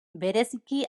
bereziki